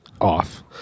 off